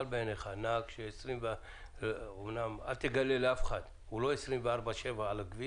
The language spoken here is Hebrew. אל תגלה לאף אחד, הנהג לא 24/7 על הכביש,